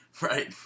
Right